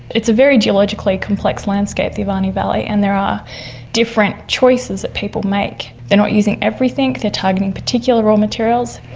it's a very geologically complex landscape, the ivane valley, and there are different choices that people make. they're not using everything, they're targeting particular raw materials,